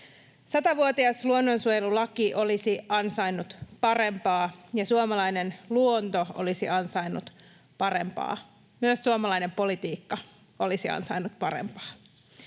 100-vuotias luonnonsuojelulaki olisi ansainnut parempaa, ja suomalainen luonto olisi ansainnut parempaa. Myös suomalainen politiikka olisi ansainnut parempaa.